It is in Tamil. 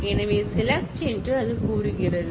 எனவே செலக்ட் என்று அது கூறுகிறது